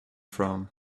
from